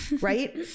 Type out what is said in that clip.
right